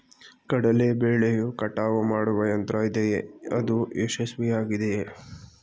ಕಡಲೆ ಬೆಳೆಯ ಕಟಾವು ಮಾಡುವ ಯಂತ್ರ ಇದೆಯೇ? ಅದು ಯಶಸ್ವಿಯಾಗಿದೆಯೇ?